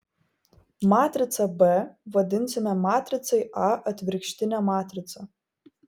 matricą b vadinsime matricai a atvirkštine matrica